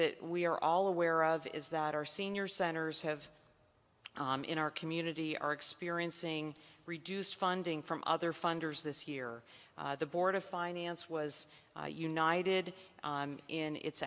that we are all aware of is that our senior centers have in our community are experiencing reduced funding from other funders this year the board of finance was united in its